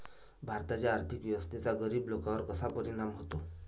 भारताच्या आर्थिक व्यवस्थेचा गरीब लोकांवर कसा परिणाम होतो?